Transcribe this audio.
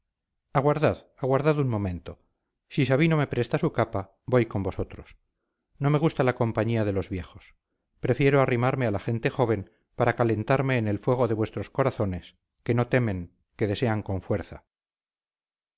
las casas aguardad aguardad un momento si sabino me presta su capa voy con vosotros no me gusta la compañía de los viejos prefiero arrimarme a la gente joven para calentarme en el fuego de vuestros corazones que no temen que desean con fuerza